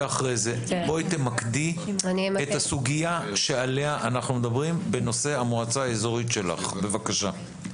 תמקדי את הסוגיה שעליה אנחנו מדברים בנושא המועצה האזורית שלך.